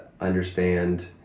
understand